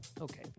Okay